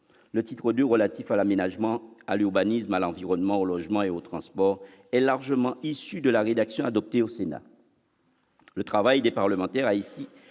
Le titre II, relatif à l'aménagement, à l'urbanisme, à l'environnement, au logement et aux transports, est largement issu de la rédaction adoptée au Sénat. Le travail des parlementaires a ici